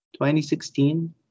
2016